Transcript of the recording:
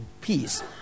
peace